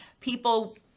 people